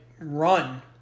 run